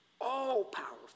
all-powerful